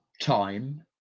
time